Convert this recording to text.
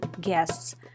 guests